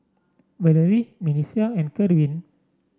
Valery Milissa and Kerwin